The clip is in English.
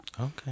Okay